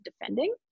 defending